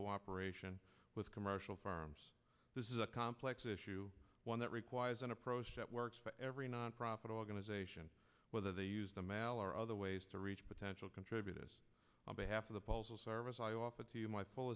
cooperation with commercial farms this is a complex issue one that requires an approach that works for every nonprofit organization whether they use the mal or other ways to reach potential contributors on behalf of the postal service i offer to you my full